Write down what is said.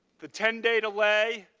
the ten day delay,